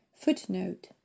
Footnote